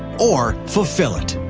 or fulfill it?